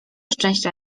szczęścia